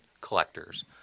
collectors